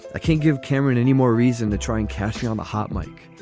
i can't give cameron any more reason to try and catch me on a hot mike.